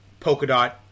Polkadot